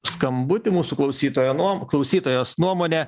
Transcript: skambutį mūsų klausytojo nuo klausytojos nuomonę